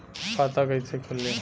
खाता कइसे खुली?